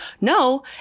No